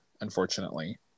Unfortunately